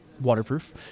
waterproof